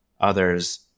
others